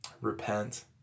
repent